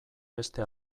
beste